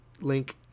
Link